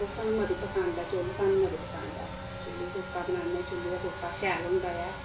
ओह् सानूं मती पसंद ऐ चु'ल्ल सानूं मती पसंद ऐ चु'ल्ली पर फुलका बनाने चु'ल्ली दा फुलका शैल होंदा ऐ